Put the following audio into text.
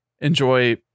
enjoy